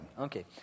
Okay